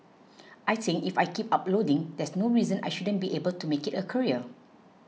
I think if I keep uploading there's no reason I shouldn't be able to make it a career